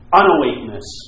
unawakeness